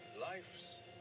Life's